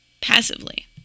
Passively